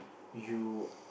you